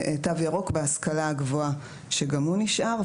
תו ירוק בהשכלה הגבוהה שגם הוא נשאר,